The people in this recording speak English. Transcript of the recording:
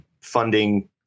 funding